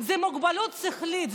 זה מוגבלות שכלית,